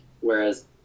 whereas